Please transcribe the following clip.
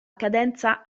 cadenza